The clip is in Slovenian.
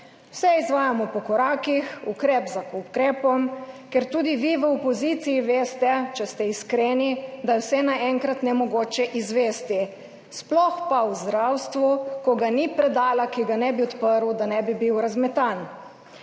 Vse izvajamo po korakih, ukrep za ukrepom, ker tudi vi v opoziciji veste, če ste iskreni, da je vse naenkrat nemogoče izvesti, sploh pa v zdravstvu, kjer ga ni predala, ki bi ga odprl pa ne bi bil razmetan.